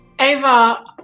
Ava